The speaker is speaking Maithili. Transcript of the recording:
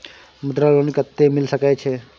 मुद्रा लोन कत्ते मिल सके छै?